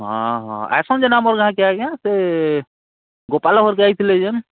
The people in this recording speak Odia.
ହଁ ହଁ ଆଏସନ୍ ଯେନ୍ ଆମର୍ ଗାଁ'କେ ଆଜ୍ଞା ସେ ଗୋପାଲ ଘର୍ ଆଇଥିଲେ ଯେନ୍